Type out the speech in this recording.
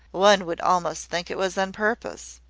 one would almost think it was on purpose.